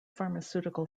pharmaceutical